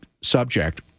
subject